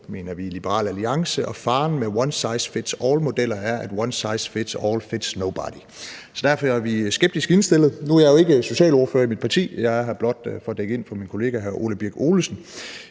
mener vi i Liberal Alliance, og faren med one size fits all-modeller er, at one size fits all fits nobody. Derfor er vi skeptisk indstillet. Nu er jeg jo ikke socialordfører i mit parti, men er her blot for at dække ind for min kollega hr. Ole Birk Olesen,